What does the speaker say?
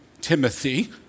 Timothy